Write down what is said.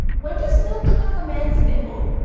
when does milk come out of a man's nipple?